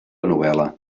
novel·la